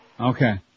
Okay